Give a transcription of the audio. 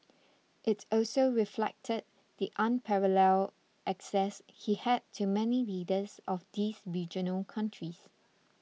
it also reflected the unparalleled access he had to many leaders of these regional countries